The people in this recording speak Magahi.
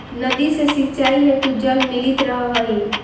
नदी से सिंचाई हेतु जल मिलित रहऽ हइ